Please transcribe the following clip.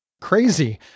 Crazy